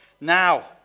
Now